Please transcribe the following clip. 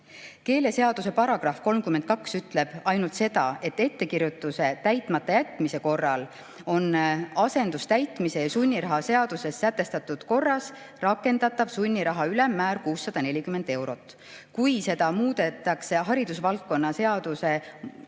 Keeleseaduse § 32 ütleb ainult seda, et ettekirjutuse täitmata jätmise korral on asendustäitmise ja sunniraha seaduses sätestatud korras rakendatav sunniraha ülemmäär 640 eurot. Kui seda muudetakse haridusvaldkonna